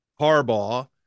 Harbaugh